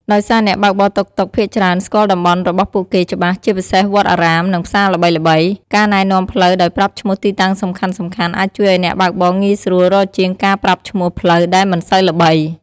ដោយសារអ្នកបើកបរតុកតុកភាគច្រើនស្គាល់តំបន់របស់ពួកគេច្បាស់ ជាពិសេសវត្តអារាម និងផ្សារល្បីៗ ការណែនាំផ្លូវដោយប្រាប់ឈ្មោះទីតាំងសំខាន់ៗ អាចជួយឱ្យអ្នកបើកបរងាយស្រួលរកជាងការប្រាប់ឈ្មោះផ្លូវដែលមិនសូវល្បី។